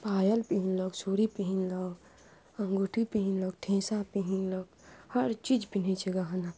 पायल पहिरलक चुड़ी पहिरलक अंगूठी पहिरलक ठेसा पहिरलक हर चीज पहिरै छै गहना